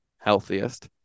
healthiest